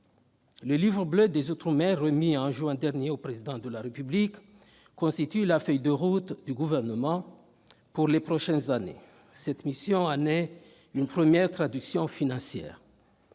Le Livre bleu outre-mer, remis en juin dernier au Président de la République, constitue la feuille de route du Gouvernement pour les prochaines années. Cette mission en est une première traduction financière.